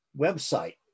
website